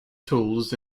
tools